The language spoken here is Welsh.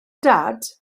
dad